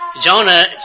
Jonah